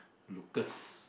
Lucas